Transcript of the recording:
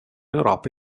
europa